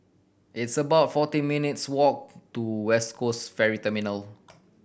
it's about forty minutes' walk to West Coast Ferry